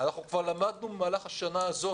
כבר למדנו במהלך השנה הזאת